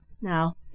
Now